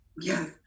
yes